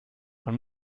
man